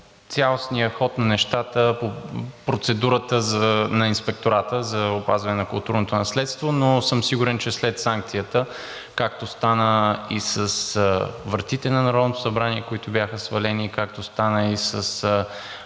цялостния ход на нещата по процедурата на Инспектората за опазване на културното наследство, но съм сигурен, че след санкцията, както стана и с вратите на Народното събрание, които бяха свалени; както стана и с